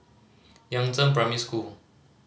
Yangzheng Primary School